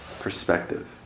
perspective